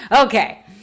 Okay